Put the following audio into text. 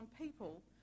people